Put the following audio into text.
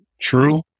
true